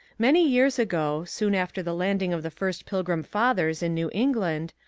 many years ago, soon after the landing of the first pilgrim fathers in new england,